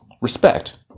Respect